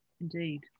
indeed